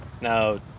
now